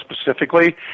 specifically